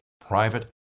private